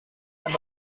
and